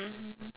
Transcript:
mmhmm